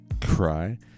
cry